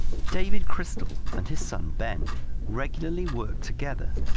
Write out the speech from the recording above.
david crystal and his son ben regularly work together,